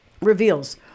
reveals